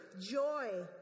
joy